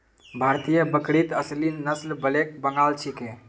भारतीय बकरीत असली नस्ल ब्लैक बंगाल छिके